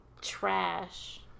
trash